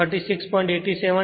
તે 36